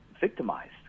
victimized